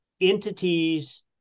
entities